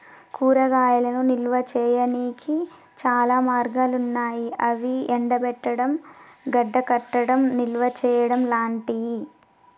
కూరగాయలను నిల్వ చేయనీకి చాలా మార్గాలన్నాయి గవి ఎండబెట్టడం, గడ్డకట్టడం, నిల్వచేయడం లాంటియి